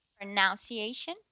Pronunciation